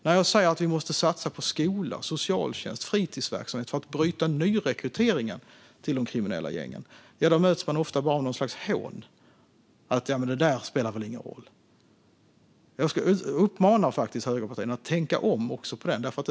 När jag säger att vi måste satsa på skola, socialtjänst och fritidsverksamhet för att bryta nyrekryteringen till de kriminella gängen möts jag ofta bara av något slags hån: Det där spelar väl ingen roll. Jag skulle vilja uppmana högerpartierna att tänka om även kring detta.